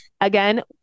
Again